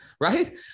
right